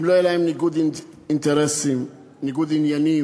אם לא יהיה בהם ניגוד אינטרסים, ניגוד עניינים,